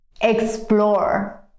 explore